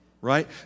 right